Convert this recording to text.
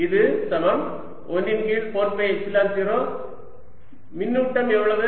இது சமம் 1 இன் கீழ் 4 பை எப்சிலன் 0 மின்னூட்டம் எவ்வளவு